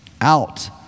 out